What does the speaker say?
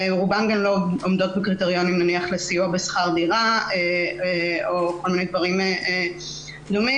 רובן גם לא עומדות בקריטריונים לסיוע בשכר דירה או דברים דומים.